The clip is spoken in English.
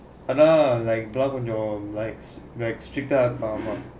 ஆனா கொஞ்சம்:aanaa konjam like stricter ah mah